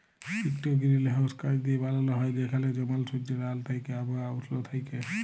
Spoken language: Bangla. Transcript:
ইকট গিরিলহাউস কাঁচ দিঁয়ে বালাল হ্যয় যেখালে জমাল সুজ্জের আল থ্যাইকে আবহাওয়া উস্ল থ্যাইকে